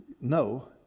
no